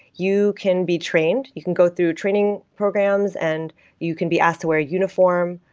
you can be trained. you can go through training programs and you can be asked to wear a uniform,